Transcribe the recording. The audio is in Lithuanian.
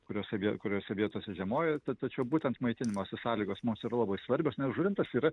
kuriose vie kuriose vietose žiemoja ta tačiau būtent maitinimosi sąlygos mums yra labai svarbios nes žuvintas yra